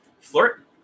Flirt